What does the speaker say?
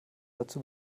dazu